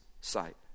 sight